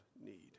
need